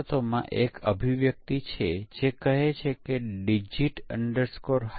સમકક્ષ વર્ગ પરીક્ષણનો આધાર એ છે કે ઇનપુટ ડોમેનને આપણે વિવિધ સમકક્ષ વર્ગોમાં પાર્ટીશન કરી રહ્યા છીએ